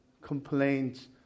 complaints